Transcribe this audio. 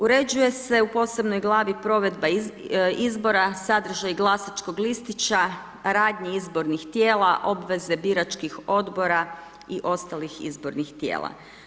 Uređuje se u posebnoj glavi provedba izbora, sadržaj glasačkog listića, radnje izbornih tijela, obveze biračkih odbora i ostalih izbornih tijela.